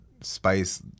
spice